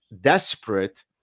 desperate